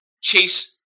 chase